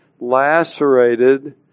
lacerated